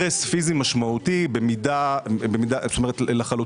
הרס פיזי משמעותי, לחלוטין.